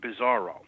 Bizarro